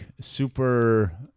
super